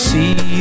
See